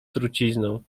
trucizną